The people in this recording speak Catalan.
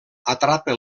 atrapa